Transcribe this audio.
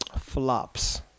Flops